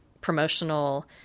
promotional